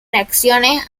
reacciones